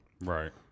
Right